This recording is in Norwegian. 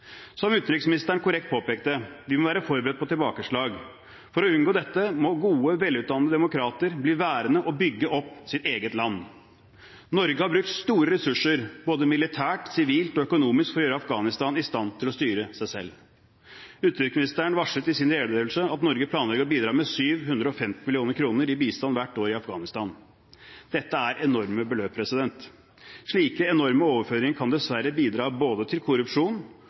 Som utenriksministeren korrekt påpekte, vi må være forberedt på tilbakeslag. For å unngå dette må gode, velutdannede demokrater bli værende og bygge opp sitt eget land. Norge har brukt store ressurser både militært, sivilt og økonomisk for å gjøre Afghanistan i stand til å styre seg selv. Utenriksministeren varslet i sin redegjørelse at Norge planlegger å bidra med 750 mill. kr i bistand hvert år i Afghanistan. Dette er enorme beløp. Slike enorme overføringer kan dessverre bidra til korrupsjon